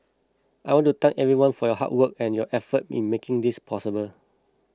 I want to thank everyone for your hard work and your effort in making this possible